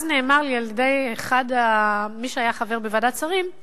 אז נאמר לי על-ידי מי שהיה חבר בוועדת השרים, הוא